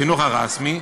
החינוך הרשמי,